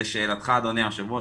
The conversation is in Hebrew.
לשאלתך אדוני היושב ראש,